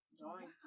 join